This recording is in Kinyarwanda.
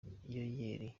yayeli